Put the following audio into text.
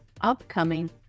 upcoming